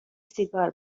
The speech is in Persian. سیگار